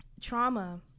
trauma